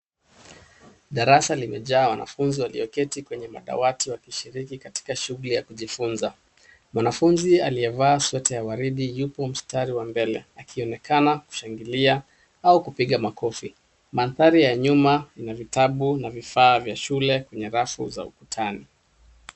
Darasa limejaa wanafunzi walioketi kwenye madawati wakishiriki katika shughuli ya kujifunza. Mwanafunzi aliyevaa sweta ya waridi yupo mstari wa mbele akionekana kushangilia au kupiga makofi . Mandhari ya nyuma ina vitabu na vifaa vya shule kwenye rafu za ukutani.